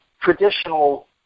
traditional